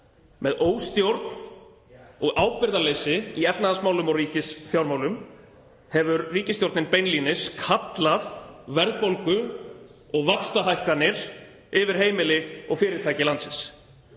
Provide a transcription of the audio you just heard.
Með óstjórn og ábyrgðarleysi í efnahagsmálum og ríkisfjármálum hefur ríkisstjórnin beinlínis kallað verðbólgu og vaxtahækkanir yfir heimili og fyrirtæki landsins.